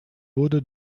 wurde